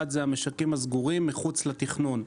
מסגרת שנייה זה המשקים הסגורים מחוץ לתכנון.